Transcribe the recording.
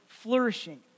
Flourishing